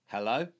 Hello